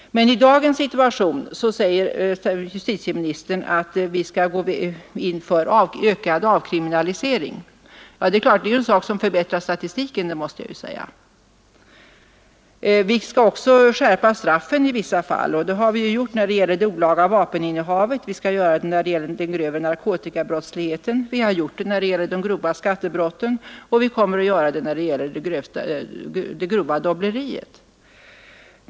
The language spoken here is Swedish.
Justitieministern säger att vi i dagens situation skall gå in för ökad avkriminalisering. Det är klart att detta är en sak som förbättrar statistiken — det medger jag. Vi skall också skärpa straffen i vissa fall. Det har vi ju gjort när det gäller olagligt vapeninnehav och vi skall göra det när det gäller den grövre narkotikabrottsligheten. Vi har också gjort det när det gäller de grova skattebrotten och vi kommer att göra det när det gäller det grova dobbleriet.